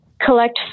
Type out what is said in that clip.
collect